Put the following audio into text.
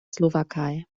slowakei